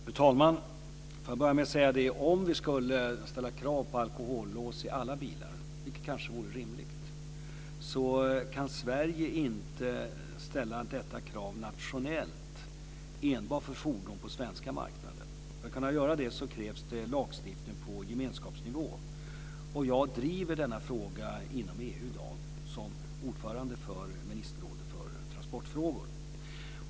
Fru talman! Får jag börja med att säga att om vi skulle ställa krav på alkolås i alla bilar - vilket kanske vore rimligt - kan Sverige inte ställa detta krav nationellt enbart för fordon på den svenska marknaden. För att vi ska kunna göra det krävs det lagstiftning på gemenskapsnivå. Jag driver denna fråga inom EU i dag som ordförande i ministerrådet för transportfrågor.